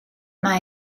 mae